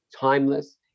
timeless